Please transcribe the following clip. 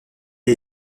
est